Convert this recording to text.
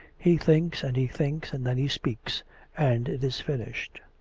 he thinks and he thinks, and then he speaks and it is finished.